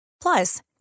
Plus